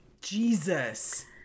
Jesus